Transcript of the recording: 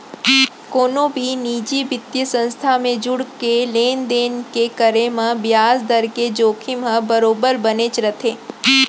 कोनो भी निजी बित्तीय संस्था म जुड़के लेन देन के करे म बियाज दर के जोखिम ह बरोबर बनेच रथे